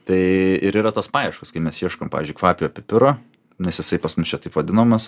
tai ir yra tos paieškos kai mes ieškom pavyzdžiui kvapiojo pipiro nes jisai pas mus čia taip vadinamas